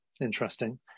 interesting